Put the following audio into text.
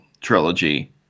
trilogy